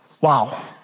Wow